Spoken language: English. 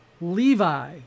Levi